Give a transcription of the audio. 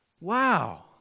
Wow